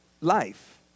life